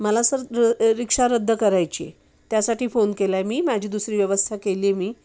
मला sir rickshaw रद्द करायची आहे त्यासाठी फोन केला आहे मी माझी दुसरी व्यवस्था केली आहे मी